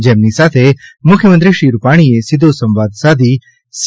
જેમની સાથે મુખ્યમંત્રી શ્રી વિજયભાઇ રૂપાણીએ સીધો સંવાદ સાધી સી